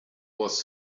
was